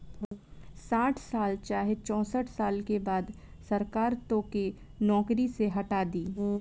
साठ साल चाहे चौसठ साल के बाद सरकार तोके नौकरी से हटा दी